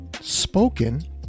spoken